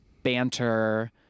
banter